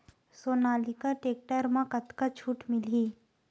Sonalika tractor म कतका छूट मिलही?